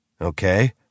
Okay